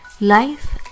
life